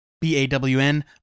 B-A-W-N